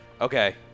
Okay